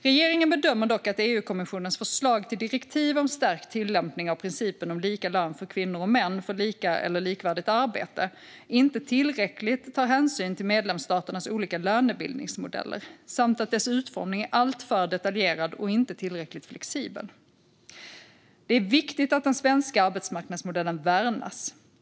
Regeringen bedömer dock att EU-kommissionens förslag till direktiv om stärkt tillämpning av principen om lika lön för kvinnor och män för lika eller likvärdigt arbete inte tar tillräcklig hänsyn till medlemsstaternas olika lönebildningsmodeller samt att dess utformning är alltför detaljerad och inte tillräckligt flexibel. Det är viktigt att den svenska arbetsmarknadsmodellen värnas.